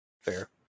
Fair